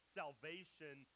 salvation